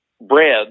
bread